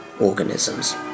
organisms